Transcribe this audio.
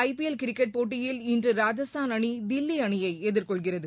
ஐ P L cricket போட்டியில் இன்று ராஜஸ்தான் அணி தில்லி அணியை எதிர்கொள்கிறது